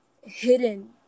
hidden